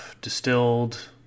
distilled